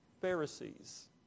Pharisees